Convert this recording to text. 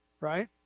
right